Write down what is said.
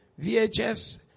VHS